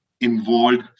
involved